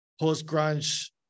post-grunge